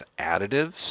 additives